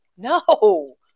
No